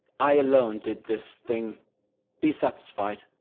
i alone did this thing be satisfied,